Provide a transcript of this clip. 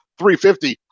350